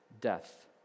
Death